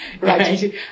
Right